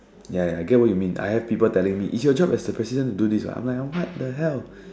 ya ya I get what you mean I have people telling me it's your job as a president to do this I'm like what the hell